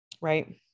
Right